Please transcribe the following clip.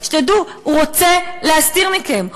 שתדעו: הוא רוצה להסתיר מכם,